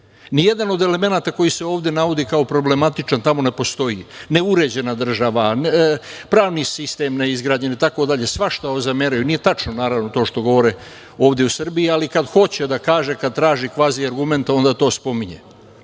živi. Nijedan od elemenata koji se ovde navodi kao problematičan tamo ne postoji. Neuređena država, pravni sistem neizgrađen itd, svašta ovde zameraju. Nije tačno, naravno, to što govore ovde u Srbiji, ali kad hoće da kaže, da traži kvazi argument, onda to spominje.I,